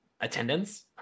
attendance